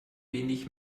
wenig